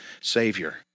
Savior